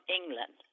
England